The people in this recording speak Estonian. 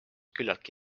küllalt